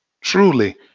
truly